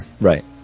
Right